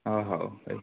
ହଁ ହଉ ହଉ